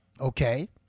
Okay